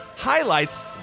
highlights